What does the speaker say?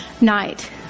night